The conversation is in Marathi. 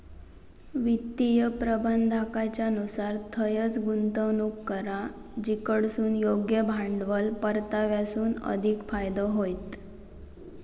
वित्तीय प्रबंधाकाच्या नुसार थंयंच गुंतवणूक करा जिकडसून योग्य भांडवल परताव्यासून अधिक फायदो होईत